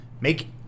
make